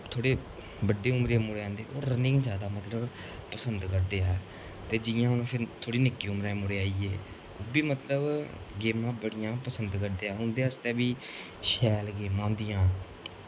थोह्ड़े बड्डी उमरी दे मुड़े आंदे ओह् रनिंग मतलब जादा पसंद करदे ऐ ते जियां हून फिर थोह्ड़ी निक्की उमरा दे मुड़े आई गे ओह् बी मतलब गेमां बड़ियां पसंद करदे ऐ उं'दे आस्तै बी शैल गेमां होंदियां